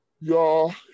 y'all